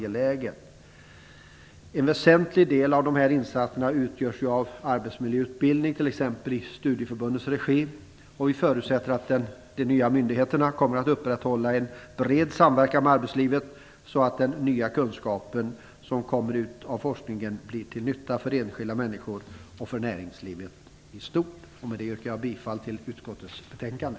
En väsentlig del av dessa insatser utgörs av arbetsmiljöutbildning t.ex. i studieförbundens regi. Vi förutsätter att de nya myndigheterna kommer att upprätthålla en bred samverkan med arbetslivet så att den nya kunskap som kommer ut av forskningen blir till nytta för enskilda människor och för näringslivet i stort. Med det yrkar jag bifall till hemställan i utskottets betänkande.